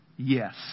Yes